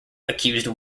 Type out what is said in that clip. accused